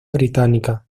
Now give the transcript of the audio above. británica